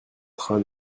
train